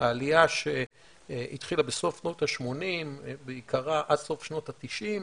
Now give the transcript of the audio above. העליה שהתחילה בסוף שנות השמונים בעיקרה עד סוף שנות התשעים